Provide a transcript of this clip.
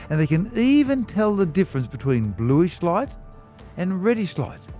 and can even tell the difference between bluish light and reddish light.